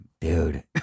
Dude